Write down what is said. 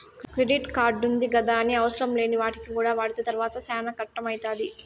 credit కార్డుంది గదాని అవసరంలేని వాటికి కూడా వాడితే తర్వాత సేనా కట్టం అయితాది